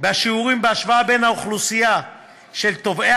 בשיעורים בהשוואה בין האוכלוסייה של תובעי